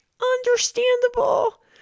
understandable